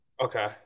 Okay